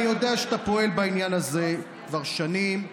אני יודע שאתה פועל בעניין הזה כבר שנים.